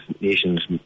nations